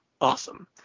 Awesome